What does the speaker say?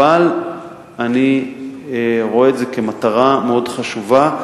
אך אני רואה את זה כמטרה מאוד חשובה,